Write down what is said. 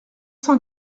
cent